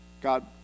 God